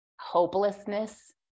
hopelessness